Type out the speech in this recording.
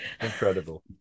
incredible